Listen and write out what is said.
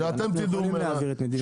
שאתם תדעו ממנה,